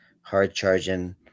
hard-charging